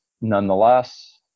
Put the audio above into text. Nonetheless